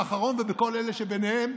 האחרון ובכל אלה שביניהם,